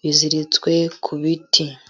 biziritswe ku biti.